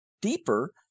deeper